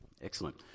Excellent